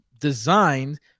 designed